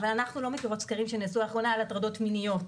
אבל אנחנו לא מכירות סקרים שנעשו לאחרונה על הטרדות מיניות.